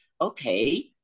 okay